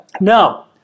Now